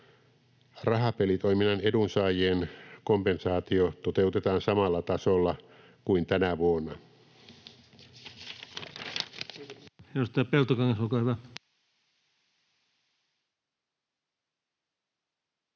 Rahapelitoiminnan edunsaajien kompensaatio toteutetaan samalla tasolla kuin tänä vuonna.